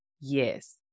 Yes